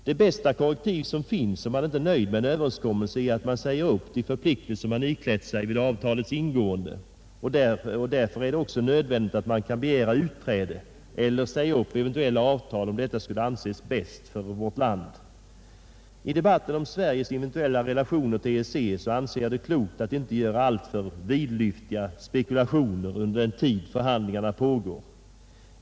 Det bästa korrektiv som finns om man inte är nöjd med en överenskommelse är att man säger upp de förpliktelser man iklätt sig vid avtalets ingående, och därför är det också nödvändigt att man kan begära utträde eller säga upp eventuella avtal, om detta skulle anses bäst för vårt land. I debatten om Sveriges eventuella relationer till EEC anser jag det klokast att inte göra alltför vidlyftiga spekulationer under den tid förhandlingarna pågår.